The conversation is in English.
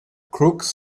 crooks